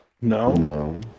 No